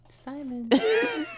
Silence